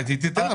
אז היא תיתן.